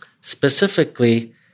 specifically